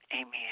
amen